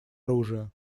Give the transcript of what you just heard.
оружия